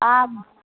ఆ